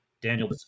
Daniel